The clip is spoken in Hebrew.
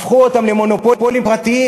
הפכו אותם למונופולים פרטיים,